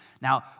Now